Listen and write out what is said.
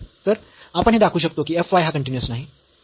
तर आपण हे दाखवू शकतो की f y हा कन्टीन्यूअस नाही